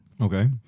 Okay